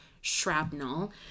shrapnel